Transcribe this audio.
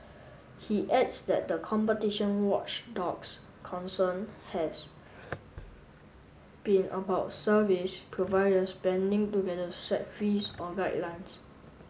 he adds that the competition watchdog's concern has been about service providers banding together set fees or guidelines